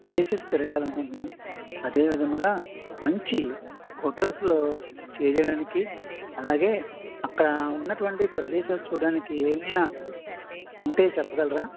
places తిరగాలి అనుకుంటున్నాం అదే విధంగా మంచి హోటల్స్లో స్టే చేయడానికి అలాగే అక్కడ ఉన్నటువంటి ప్రదేశాలు చూడటానికి ఏమైనా ఉంటే చెప్పగలరా